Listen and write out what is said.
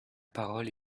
parole